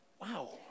wow